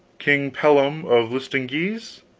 king pellam of listengese.